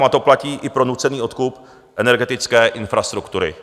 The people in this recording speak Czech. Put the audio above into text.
A to platí i pro nucený odkup energetické infrastruktury.